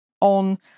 on